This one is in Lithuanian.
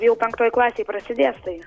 jau penktoj klasėj prasidės tai